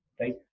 right